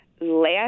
Last